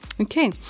Okay